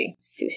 Sushi